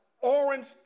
orange